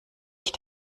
ich